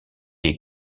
est